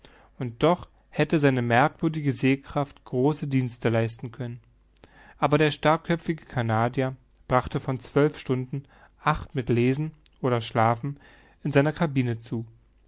und doch hätte seine merkwürdige sehkraft große dienste leisten können aber der starrköpfige canadier brachte von zwölf stunden acht mit lesen oder schlafen in seiner cabine zu